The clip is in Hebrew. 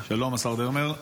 שלום, השר דרמר.